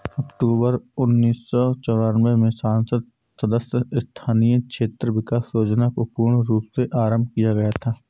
अक्टूबर उन्नीस सौ चौरानवे में संसद सदस्य स्थानीय क्षेत्र विकास योजना को पूर्ण रूप से आरम्भ किया गया था